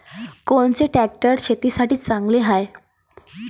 कोनचे ट्रॅक्टर शेतीसाठी चांगले हाये?